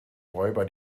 räuber